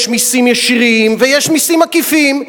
יש מסים ישירים ויש מסים עקיפים.